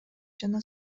жана